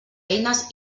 eines